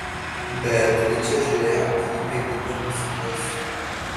beatričė žiūrėjo į jį mėgindama suprasti